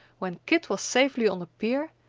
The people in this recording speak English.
when kit was safely on the pier,